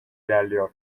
ilerliyor